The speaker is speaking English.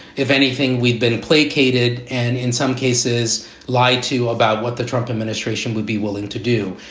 if anything, we'd been placated and in some cases lied to about what the trump administration would be willing to do.